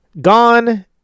gone